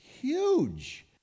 huge